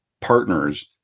partners